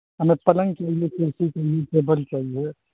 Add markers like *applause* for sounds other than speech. ہمیں پلنگ چاہیے *unintelligible* ٹیبل چاہیے